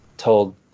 told